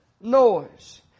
noise